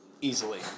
Easily